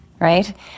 right